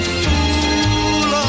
fool